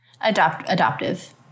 Adoptive